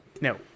no